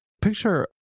Picture